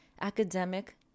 academic